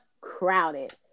Crowded